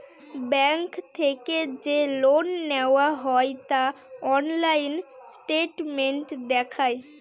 bank থেকে যে loan নেওয়া হয় তা অনলাইন স্টেটমেন্ট দেখায়